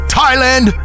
Thailand